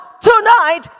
tonight